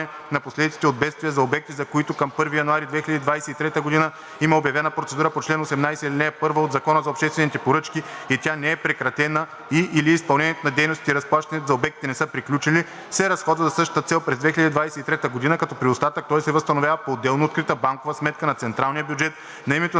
на последиците от бедствия, за обекти, за които към 1 януари 2023 г. има обявена процедура по чл. 18, ал. 1 от Закона за обществените поръчки и тя не е прекратена, и/или изпълнението на дейностите и разплащанията за обектите не са приключили, се разходват за същата цел през 2023 г., като при остатък той се възстановява по отделно открита банкова сметка на централния бюджет на името